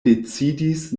decidis